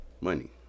money